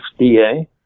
FDA